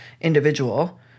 individual